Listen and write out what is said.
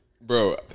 Bro